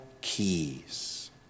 keys